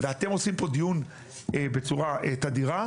ואתם עושים פה דיון בצורה תדירה,